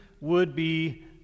would-be